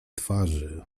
twarzy